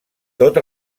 tot